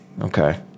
okay